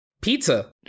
pizza